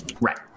Right